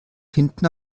hinten